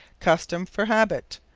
custom for habit.